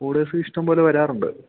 orders ഇഷ്ടംപോലെ വരാറുണ്ട്